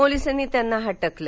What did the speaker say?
पोलिसांनी त्यांना हटकलं